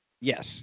Yes